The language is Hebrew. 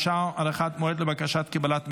שעה) (הארכת מועד לבקשת קבלת מימון),